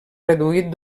reduït